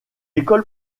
école